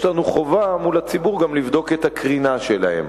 יש לנו חובה מול הציבור גם לבדוק את הקרינה שלהם,